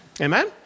Amen